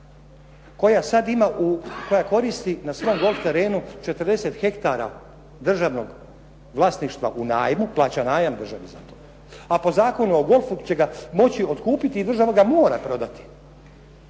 koja koristi na svom golf terenu 40 hektara državnog vlasništva u najmu, plaća najam državi za to. A po Zakonu o golfu će ga moći otkupiti i država ga mora prodati.